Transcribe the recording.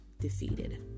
defeated